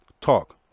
Talk